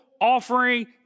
offering